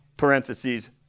Parentheses